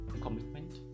commitment